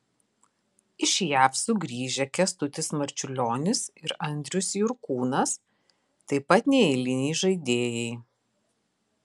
iš jav sugrįžę kęstutis marčiulionis ir andrius jurkūnas taip pat neeiliniai žaidėjai